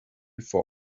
before